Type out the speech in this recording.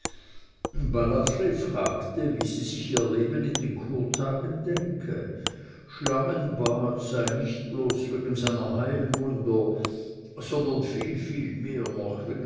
fragte wie sie sich ihr leben in den kurtagen denke schlangenbad sei nicht bloß wegen seiner heilwunder sondern viel viel mehr noch